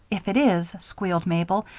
if it is, squealed mabel,